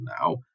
now